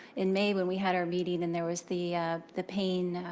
in may, when we had our meeting and there was the the pain